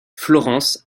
florence